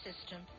system